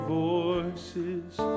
voices